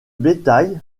bétail